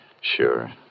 Sure